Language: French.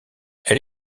elle